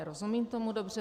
Rozumím tomu dobře?